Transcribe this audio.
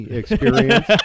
experience